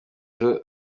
ejo